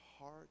heart